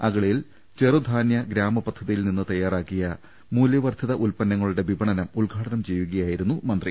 അഗളിയിൽ ചെറുധാനൃ ഗ്രാമപദ്ധതിയിൽനിന്ന് തയ്യാറാക്കിയ മൂലൃ വർദ്ധിത ഉല്പന്നങ്ങളുടെ വിപണനം ഉദ്ഘാടനം ചെയ്യു കയായിരുന്നു മന്ത്രി